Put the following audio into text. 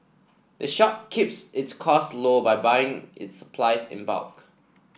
the shop keeps its costs low by buying its supplies in bulk